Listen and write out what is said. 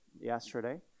yesterday